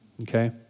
Okay